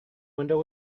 window